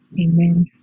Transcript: Amen